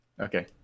Okay